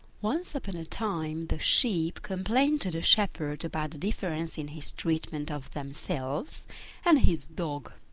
once upon a time the sheep complained to the shepherd about the difference in his treatment of themselves and his dog.